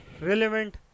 relevant